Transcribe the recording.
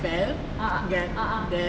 uh uh uh uh